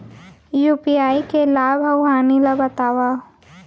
UPI के लाभ अऊ हानि ला बतावव